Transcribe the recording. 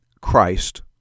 Christ